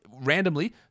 randomly